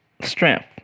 strength